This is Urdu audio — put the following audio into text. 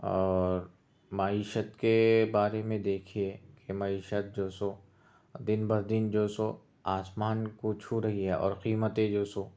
اور معیشت کے بارے میں دیکھیے کہ معیشت جو سو دِن بدِن جو سو آسمان کو چھو رہی ہے اور قیمتیں جو سو